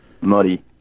muddy